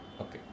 Okay